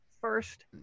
First